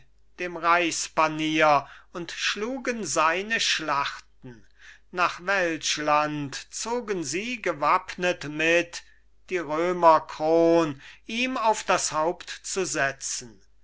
dem reichspanier und schlugen seine schlachten nach welschland zogen sie gewappnet mit die römerkron ihm auf das haupt zu setzen